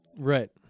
Right